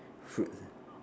fruit